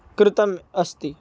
कृतः अस्ति